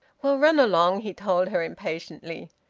well, run along, he told her impatiently.